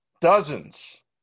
dozens